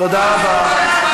תודה רבה.